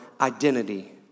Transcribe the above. identity